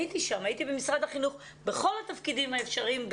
הייתי במשרד החינוך בכל התפקידים האפשריים,